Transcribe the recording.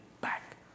back